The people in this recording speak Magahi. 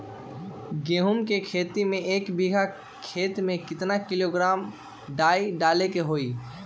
गेहूं के खेती में एक बीघा खेत में केतना किलोग्राम डाई डाले के होई?